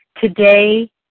Today